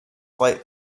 flight